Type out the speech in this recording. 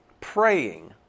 praying